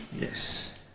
yes